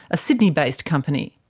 a sydney-based company.